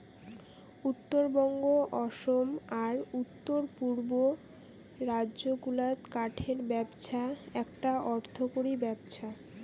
উত্তরবঙ্গ, অসম আর উত্তর পুব রাজ্য গুলাত কাঠের ব্যপছা এ্যাকটা অর্থকরী ব্যপছা